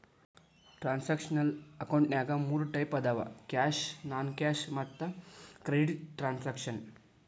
transactional ಅಕೌಂಟಿನ್ಯಾಗ ಮೂರ್ type ಅದಾವ ಕ್ಯಾಶ್ ನಾನ್ ಕ್ಯಾಶ್ ಮತ್ತ ಕ್ರೆಡಿಟ್ ಟ್ರಾನ್ಸಾಕ್ಷನ